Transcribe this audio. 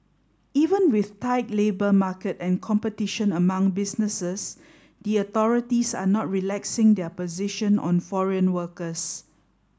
even with tight labour market and competition among businesses the authorities are not relaxing their position on foreign workers